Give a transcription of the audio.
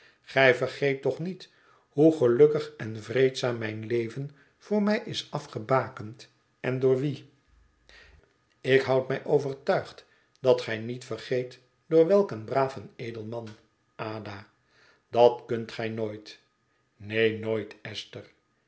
gij vergeet toch niet hoe gelukkig en vreedzaam mijn leven voor mij is afgebakend en door wien ik houd mij overtuigd dat gij niet vergeet door welk een braaf en edel man ada dat kunt gij nooit neen nooit esther